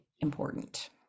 important